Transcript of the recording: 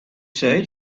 say